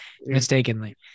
mistakenly